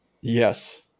Yes